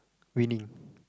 raining